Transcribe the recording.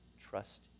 trust